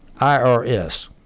IRS